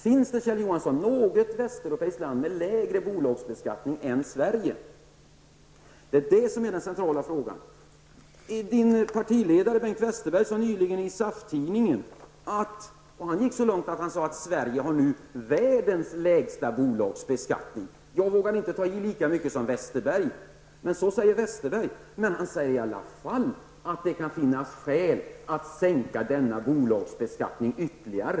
Finns det, Kjell Johansson, något västeuropeiskt land med lägre bolagsbeskattning än Sverige? Detta är den centrala frågan. Kjell Johanssons partiledare Bengt Westerberg gick så långt nyligen i en intervju i SAF-Tidningen att han sade att Sverige nu har världens lägsta bolagsbeskattning. Jag vågar inte ta i lika mycket som Bengt Westerberg, men ändå sade Bengt Westerberg att det kan finnas skäl att sänka bolagsbeskattningen ytterligare.